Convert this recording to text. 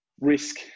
risk